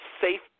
safe